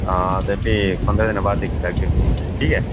आं ते फ्ही पंदरें दिनें बाद दिक्खी लैगे फ्ही ठीक ऐ